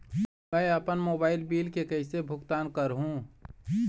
मैं अपन mobile bill के कैसे भुगतान कर हूं?